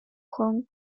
hong